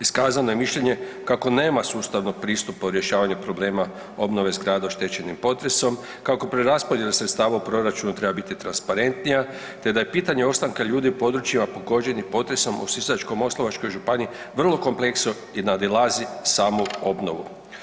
Iskazano je mišljenje kako nema sustavnog pristupa u rješavanju problema obnove zgrada oštećenih potresom, kako preraspodjela sredstava u proračunu treba biti transparentnija, te da je pitanje ostanka ljudi u područjima pogođenim potresom u Sisačko-moslavačkoj županiji vrlo kompleksno i nadilazi samu obnovu.